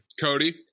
Cody